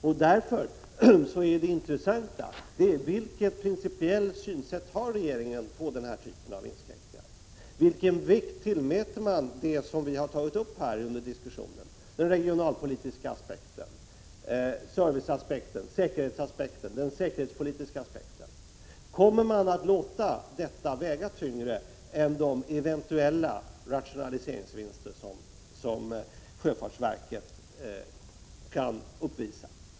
Det intressanta är därför vilken principiell syn regeringen har på den här typen av inskränkningar och vilken vikt tillmäter man det som vi har tagit upp under diskussionen i dag: den regionalpolitiska aspekten, serviceaspekten, säkerhetsaspekten och den säkerhetspolitiska aspekten. Kommer man att låta detta väga tyngre än de eventuella rationaliseringsvinster som sjöfartsverket kan uppvisa?